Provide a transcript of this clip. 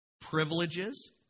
privileges